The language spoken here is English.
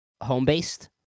home-based